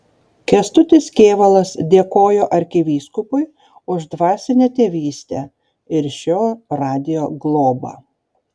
kęstutis kėvalas dėkojo arkivyskupui už dvasinę tėvystę ir šio radijo globą